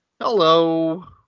Hello